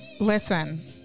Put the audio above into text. Listen